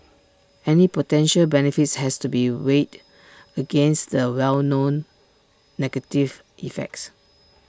any potential benefits has to be weighed against the known negative effects